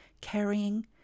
carrying